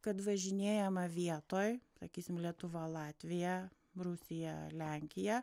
kad važinėjama vietoj sakysim lietuva latvija rusija lenkija